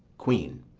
queen.